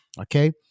okay